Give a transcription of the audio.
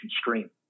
stream